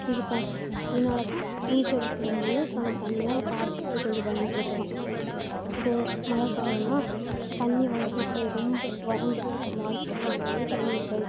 இதுக்காக இதனால் தான் துணி துவைக்கும்போது நம்ம தண்ணியலாம் பார்த்து கொஞ்சம் பயன்படுத்தணும் இப்போது மழைக்காலம்னா தண்ணி அவ்வளவாக இருக்காது ரொம்ப வறண்டு போயிருக்கும் வாய்க்கால் அங்கேயே தண்ணி இருக்காது